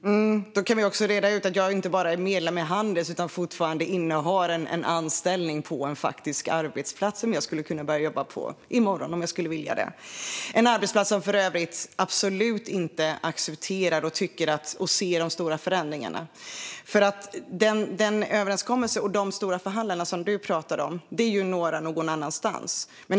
Fru talman! Då kan vi också reda ut att jag inte bara är medlem i Handels utan fortfarande innehar en anställning på en faktisk arbetsplats som jag skulle kunna börja jobba på i morgon om jag skulle vilja det. Det är en arbetsplats som för övrigt absolut inte accepterar och ser de stora förändringarna. Den överenskommelse och de stora förhandlare som du talar om är några någon annanstans.